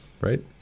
right